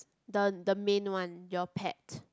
the the main one your pet